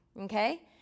Okay